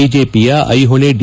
ಬಿಜೆಪಿಯ ಐಹೊಳೆ ಡಿ